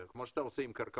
כמו שאתה עושה עם קרקעות,